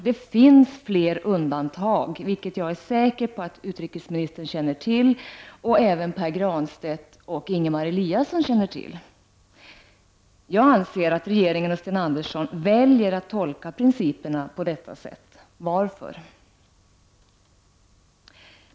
Det finns flera undantag, vilket jag är säker på att utrikesministern, Pär Granstedt och Ingemar Eliasson känner till. Jag anser att regeringen och Sten Andersson väljer att tolka principerna på det sättet. Varför?